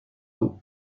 eaux